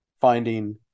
finding